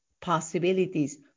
possibilities